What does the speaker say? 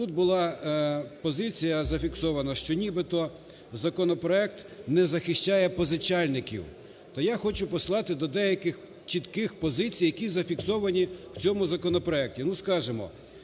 Тут була позиція зафіксована, що нібито законопроект не захищає позичальників. То я хочу послати до деяких чітких позицій, які зафіксовані в цьому законопроекті.